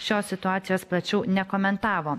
šios situacijos plačiau nekomentavo